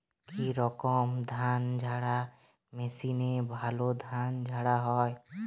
কি রকম ধানঝাড়া মেশিনে ভালো ধান ঝাড়া হয়?